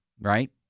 right